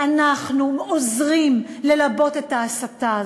אנחנו עוזרים ללבות את ההסתה הזו,